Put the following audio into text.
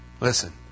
Listen